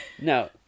no